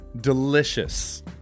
delicious